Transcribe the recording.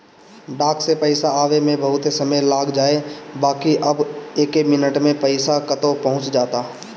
डाक से पईसा आवे में बहुते समय लाग जाए बाकि अब एके मिनट में पईसा कतो पहुंच जाता